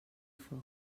foc